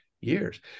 years